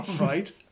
Right